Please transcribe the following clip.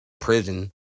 prison